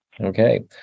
Okay